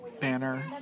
Banner